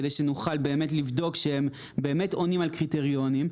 כדי שנוכל באמת לבדוק שהם באמת עונים על קריטריונים,